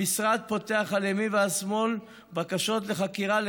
המשרד פותח על ימין ועל שמאל בקשות לחקירה של